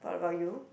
what about you